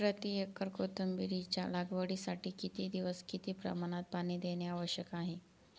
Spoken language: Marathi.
प्रति एकर कोथिंबिरीच्या लागवडीसाठी किती दिवस किती प्रमाणात पाणी देणे आवश्यक आहे?